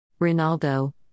Ronaldo